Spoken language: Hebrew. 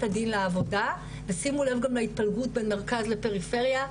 הדין לעבודה ושימו לב להתפלגות בין מרכז לפריפריה,